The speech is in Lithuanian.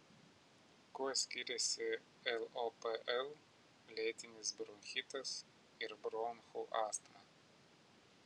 kuo skiriasi lopl lėtinis bronchitas ir bronchų astma